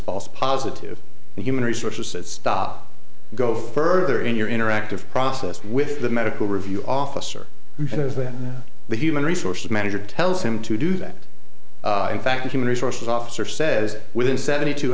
false positive and human resources that stop go further in your interactive process with the medical review officer who knows that the human resources manager tells him to do that in fact a human resources officer says within seventy two